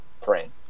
praying